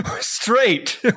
straight